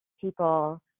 people